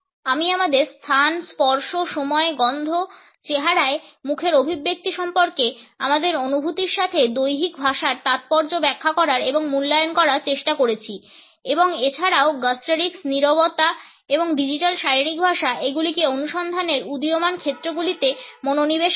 আমি আমাদের স্থান স্পর্শ সময় গন্ধ চেহারায় মুখের অভিব্যক্তি সম্পর্কে আমাদের অনুভূতির সাথে দৈহিক ভাষার তাৎপর্য ব্যাখ্যা করার এবং মূল্যায়ন করার চেষ্টা করেছি এবং এছাড়াও গ্যস্টরিক্স নীরবতা এবং ডিজিটাল শারীরিক ভাষা এগুলিকে অনুসন্ধানের উদীয়মান ক্ষেত্রগুলিতে মনোনিবেশ করেছি